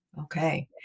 Okay